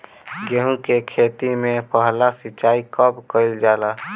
गेहू के खेती मे पहला सिंचाई कब कईल जाला?